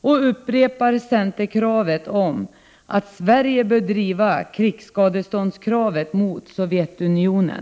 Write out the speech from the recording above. Jag upprepar centerkravet om att Sverige bör driva krigsskadeståndskravet mot Sovjetunionen.